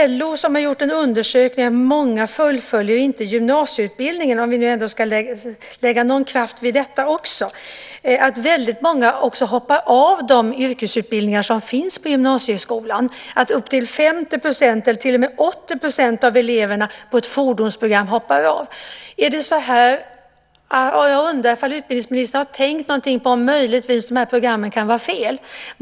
LO har gjort en undersökning som visar att många inte fullföljer gymnasieutbildningen, om vi ska lägga någon kraft vid detta också. Väldigt många hoppar av de yrkesutbildningar som finns på gymnasieskolan. Så många som 80 % av eleverna på ett fordonsprogram hoppar av. Jag undrar om utbildningsministern har tänkt på att de här programmen möjligtvis kan vara fel.